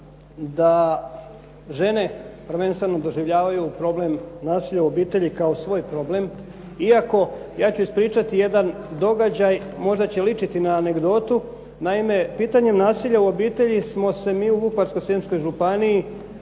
da žene prvenstveno doživljavaju problem nasilja u obitelji kao svoj problem iako ja ću ispričati jedan događaj. Možda će ličiti na anegdotu. Naime, pitanje nasilja u obitelji smo se mi u Vukovarsko-srijemskoj županiji